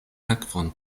akvon